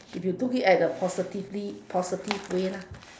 if you took it at the positively positive way